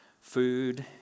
food